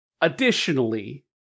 additionally